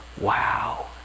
wow